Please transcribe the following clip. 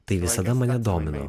tai visada mane domino